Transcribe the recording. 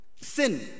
sin